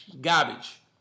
garbage